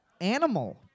animal